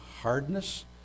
hardness